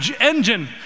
engine